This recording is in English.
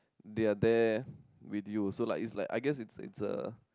they are there with you also lah it's like I guess it's it's a